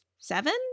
seven